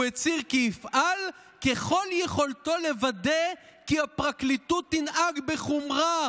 הוא הצהיר כי יפעל ככל יכולתו לוודא כי הפרקליטות תנהג בחומרה